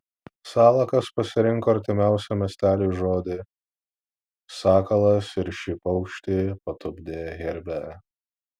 salakas pasirinko artimiausią miesteliui žodį sakalas ir šį paukštį patupdė herbe